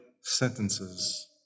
sentences